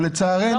אבל לצערנו,